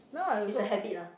it's a habit ah